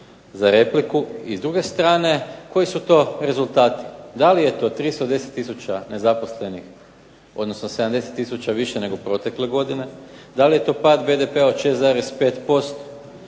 za repliku. I s druge strane, koji su to rezultati? Da li je to 310 tisuća nezaposlenih, odnosno 70 tisuća više nego protekle godine? Da li je to pad BDP-a od 6,5%?